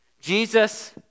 Jesus